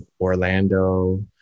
Orlando